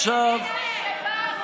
איזה בלם,